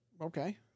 Okay